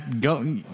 Go